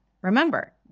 Remember